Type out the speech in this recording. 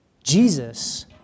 Jesus